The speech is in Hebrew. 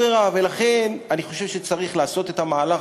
לכן אני חושב שצריך לעשות את המהלך,